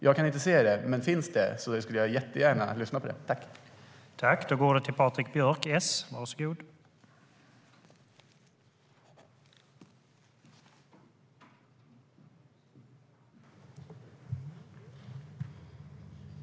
Jag kan inte se det, men finns det skulle jag jättegärna vilja höra om dessa.